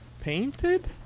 painted